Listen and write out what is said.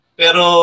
pero